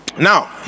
Now